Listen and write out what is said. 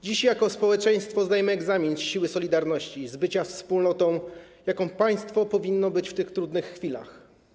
Dziś jako społeczeństwo zdajemy egzamin z siły solidarności, z bycia wspólnotą, jaką państwo powinno być w tych trudnych chwilach.